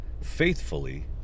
faithfully